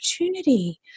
opportunity